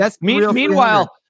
Meanwhile